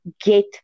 get